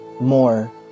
more